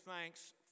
thanks